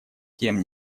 тем